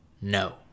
No